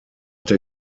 der